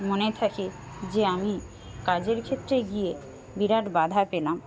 মনে থাকে যে আমি কাজের ক্ষেত্রে গিয়ে বিরাট বাঁধা পেলাম